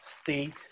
state